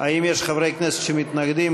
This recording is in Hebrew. האם יש חברי כנסת שמתנגדים?